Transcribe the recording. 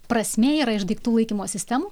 prasmė yra iš daiktų laikymo sistemų